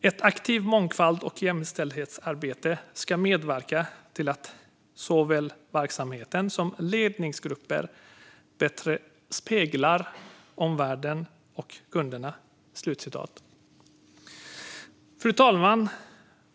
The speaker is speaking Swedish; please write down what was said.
Ett aktivt mångfalds och jämställdhetsarbete ska medverka till att såväl verksamhet som ledningsgrupper bättre speglar omvärlden och kunderna." Fru talman!